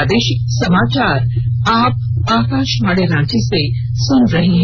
प्रादेशिक समाचार आप आकाशवाणी रांची से सुन रहे हैं